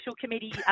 committee